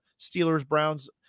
Steelers-Browns